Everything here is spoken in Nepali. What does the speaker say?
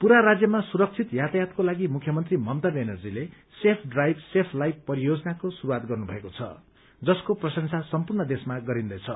पूरा राज्यमा सुरक्षित यातायातको लागि मुख्यमन्त्री ममता ब्यानर्जीले सेफ ड्राइव सेभ लाइव परियोजनाको शुरूवात गर्नुभएको छ जसको प्रशंसा सम्पूर्ण देशमा गरिन्दैछ